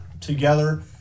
together